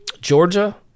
Georgia